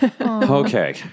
Okay